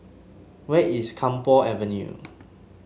where is Camphor Avenue